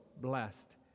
blessed